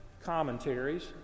commentaries